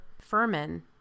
Furman